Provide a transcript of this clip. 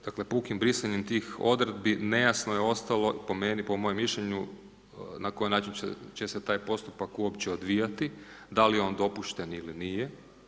Dakle pukim brisanjem tih odredbi nejasno je ostalo po meni i po mojem mišljenju na koji način će se taj postupak uopće odvijati, da li je on dopušten ili nije.